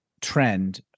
trend